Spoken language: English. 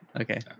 okay